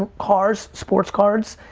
ah cars, sports cards,